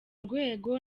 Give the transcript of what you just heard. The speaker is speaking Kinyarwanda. rwego